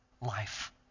life